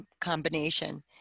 combination